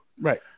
Right